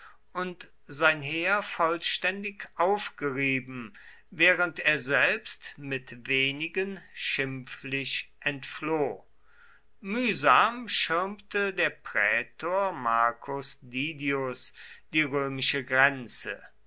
und sein heer vollständig aufgerieben während er selbst mit wenigen schimpflich entfloh mühsam schirmte der prätor marcus didius die römische grenze